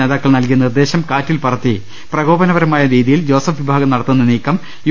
നേതാക്കൾ നൽകിയ നിർദ്ദേശം കാ്റ്റിൽപറത്തി പ്രകോപനപ രമായ രീതിയിൽ ജോസഫ് വിഭാഗം നടത്തുന്ന നീക്കം യു